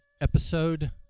episode